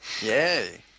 Yay